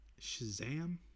Shazam